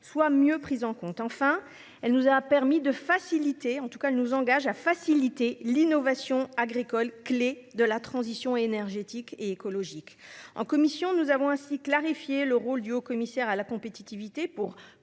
soit mieux prise en compte, enfin elle nous a permis de faciliter, en tout cas elle nous engage à faciliter l'innovation agricole clé de la transition énergétique et écologique. En commission, nous avons ainsi clarifier le rôle du haut commissaire à la compétitivité pour